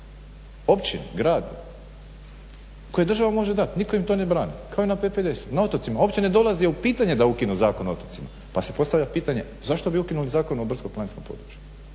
općini, gradu koji država može dati, nitko im to ne brani, kao i na PPDS-u, na otocima. Uopće ne dolazi u pitanje da ukinu Zakon o otocima pa se postavlja pitanje zašto bi ukinuli Zakon o brdsko-planinskom području.